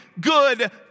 good